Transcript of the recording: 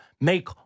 make